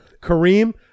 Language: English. Kareem